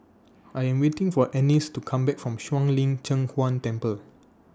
I Am waiting For Annis to Come Back from Shuang Lin Cheng Huang Temple